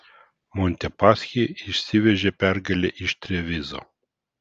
montepaschi išsivežė pergalę iš trevizo